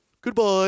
goodbye